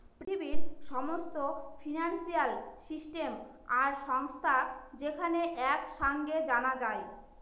পৃথিবীর সমস্ত financial system আর সংস্থা যেখানে এক সাঙে জানা যায়